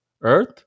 Earth